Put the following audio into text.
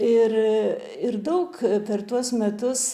ir ir daug per tuos metus